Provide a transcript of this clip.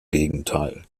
gegenteil